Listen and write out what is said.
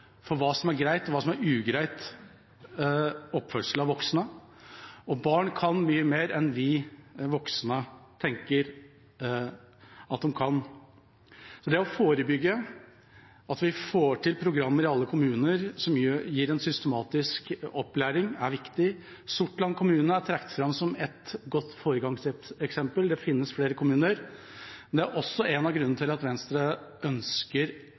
for hva som er grei, og hva som er ugrei oppførsel av voksne. Barn kan mye mer enn vi voksne tenker de kan. Det å forebygge, at vi i alle kommuner får til programmer som gir en systematisk opplæring, er viktig. Sortland kommune er trukket fram som et godt foregangseksempel – det finnes flere kommuner. Det er også en av grunnene til at Venstre ønsker